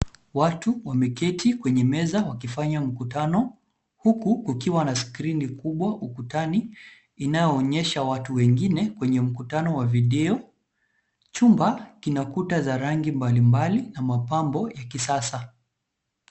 Watu wameketi kwenye meza wakifanya mkutano huku kukiwa na skrini kubwa ukutani inayo onyesha watu wengine kwenye mkutano wa video. Chumba kina kuta za rangi mbalimbali na mapambo ya kisasa.